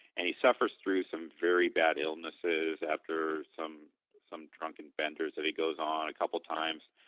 and he suffers through some very bad illnesses after some some drunken benders that he goes on, a couple of times.